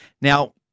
Now